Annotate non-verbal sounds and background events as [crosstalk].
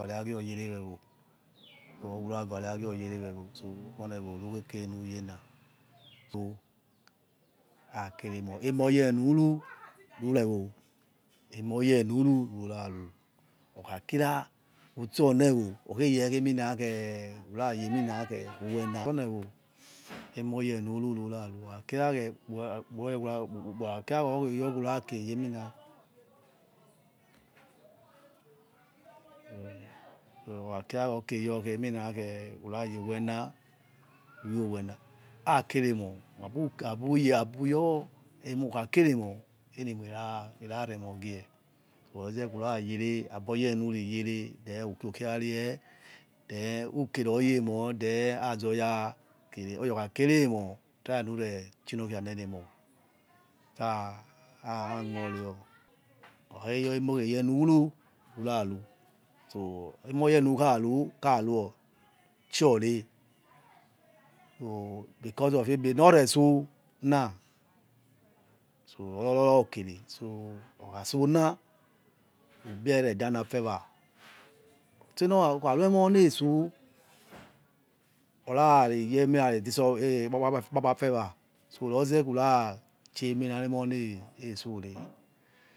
Ware hagioyere wewo or woravare a gioyere wewo oniewo rukhekare nuyena [noise] so ha keremo emoyenuru wehewo hei mor yenuru rura ru [noise] okhakira utso niewo okhe owena ruraye we oniewo whorayi emina owena woniewo emoyenuru ruraru okhakira eh uwa on ukheyor kurakie yi emina [noise] okhakira okieyo khi uragowena uyowena kheriemor uga bughe yor wo yokhakeremor eniemora renogie roze whora yere abor yenureyere ukio kire ukeroyemor than ar zoya ker oyakhkerie emoh try nurechi nokia nene mor [noise] ha emokheyornuru ruraru stor emor because of ememe norreso na or ra whokere okhasona [noise] umeire danafewa ukharuemoh ne tso uranio nura rekpkpa afaya roze khiwura chi emor nseore.